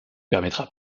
permettra